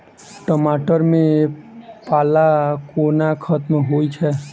टमाटर मे पाला कोना खत्म होइ छै?